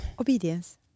Obedience